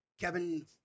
Kevin